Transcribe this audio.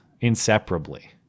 inseparably